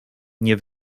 nie